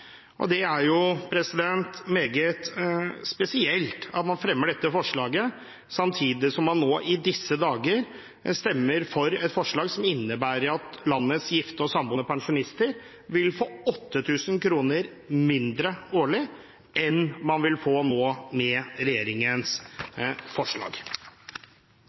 Det er meget spesielt at man fremmer dette forslaget samtidig som man i disse dager stemmer for et forslag som innebærer at landets gifte og samboende pensjonister vil få 8 000 kr mindre årlig enn man vil få nå, med regjeringens forslag.